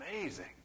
amazing